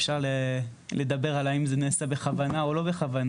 אפשר לדבר על האם זה נעשה בכוונה או לא בכוונה,